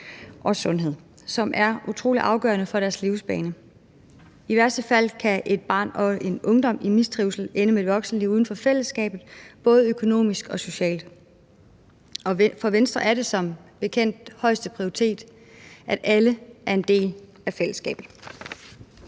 og sundhed, som er utrolig afgørende for deres livsbane. I værste fald kan en barn- og ungdom i mistrivsel både økonomisk og socialt ende med et voksenliv uden for fællesskabet. Og Venstre har det som bekendt højeste prioritet, at alle er en del af fællesskabet.